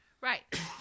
Right